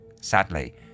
Sadly